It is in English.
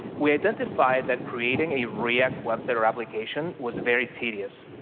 we identify that creating a react website or application was very tedious.